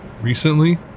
Recently